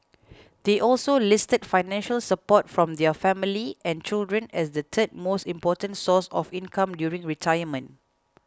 they also listed financial support from their family and children as the third most important source of income during retirement